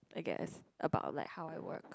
I guess about like how I work